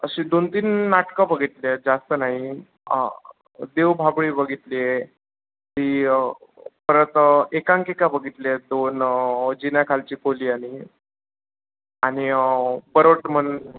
अशी दोनतीन नाटकं बघितली आहेत जास्त नाही देवबाभळी बघितली आहे ती परत एकांकिका बघितली आहेत दोन जिन्याखालची पोली आणि परवट मन